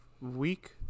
week